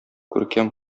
күркәм